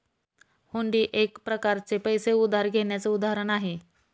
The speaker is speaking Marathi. हुंडी एक प्रकारच पैसे उधार घेण्याचं उदाहरण आहे